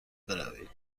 بروید